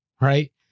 right